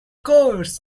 course